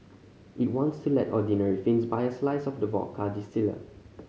it wants to let ordinary Finns buy a slice of the vodka distiller